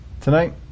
tonight